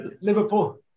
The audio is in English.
Liverpool